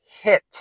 hit